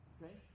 Okay